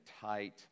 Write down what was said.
tight